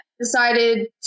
decided